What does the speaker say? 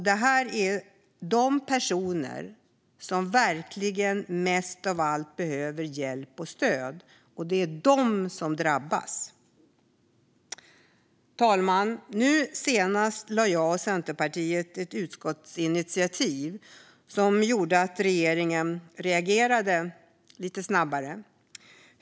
Det är de personer som mest av alla behöver hjälp och stöd som drabbas. Fru talman! Nu senast lade jag och Centerpartiet fram ett utskottsinitiativ, som gjorde att regeringen reagerade lite snabbare.